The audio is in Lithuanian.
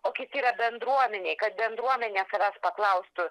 o kiti yra bendruomenei kad bendruomenė savęs paklaustų